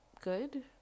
good